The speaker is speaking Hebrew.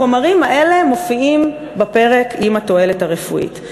החומרים האלה מופיעים בפרק עם התועלת הרפואית.